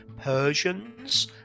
Persians